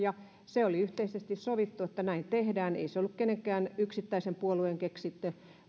se oli yhteisesti sovittu että näin tehdään ei se ollut minkään yksittäisen puolueen keksintö